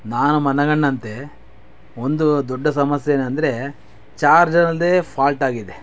ನಾ ಮನಗಂಡಂತೆ ಒಂದು ದೊಡ್ಡ ಸಮಸ್ಯೆ ಏನು ಅಂದರೆ ಚಾರ್ಜರ್ದೇ ಫಾಲ್ಟ್ ಆಗಿದೆ